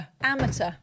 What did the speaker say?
Amateur